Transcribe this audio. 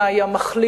מה היה מחליט,